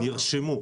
נרשמו.